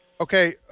Okay